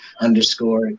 underscore